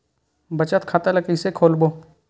बचत खता ल कइसे खोलबों?